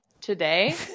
today